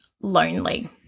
lonely